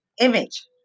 Image